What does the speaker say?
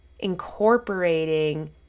incorporating